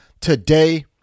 today